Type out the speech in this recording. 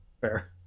Fair